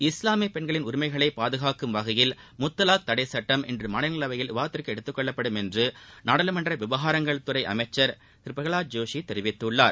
இஸ்லாமிய பெண்களின் உரிமைகளை பாதுகாக்கும் வகையில் முத்தவாக் தடை சட்டம் இன்று மாநிலங்களவையில் விவாதத்திற்கு எடுத்துக் கொள்ளப்படும் என்று நாடாளுமன்ற விவகாரங்கள் துறை அமைச்சர் திரு பிரகலாத் ஜோஷி தெரிவித்துள்ளார்